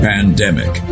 Pandemic